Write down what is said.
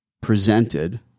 presented